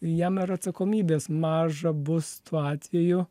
jam ir atsakomybės maža bus tuo atveju